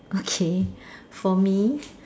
okay for me